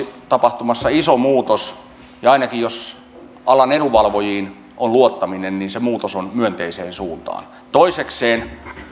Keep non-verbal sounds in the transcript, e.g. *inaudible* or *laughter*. *unintelligible* tapahtumassa iso muutos ja ainakin jos alan edunvalvojiin on luottaminen se muutos on myönteiseen suuntaan toisekseen